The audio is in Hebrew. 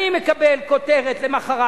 אני מקבל כותרת למחרת,